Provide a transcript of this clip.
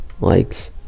likes